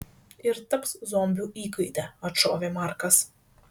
ir taps zombių įkaite atšovė markas